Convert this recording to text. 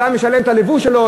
אתה משלם את הלבוש שלו?